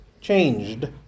changed